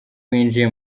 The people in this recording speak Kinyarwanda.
winjiye